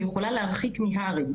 היא יכולה להרחיק מהר"י,